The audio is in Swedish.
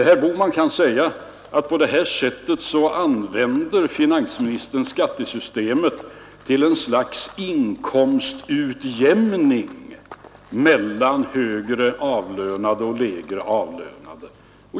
Herr Bohman kan säga att finansministern på det sättet använder skattesystemet till ett slags inkomstutjämning mellan högre avlönade och lägre avlönade.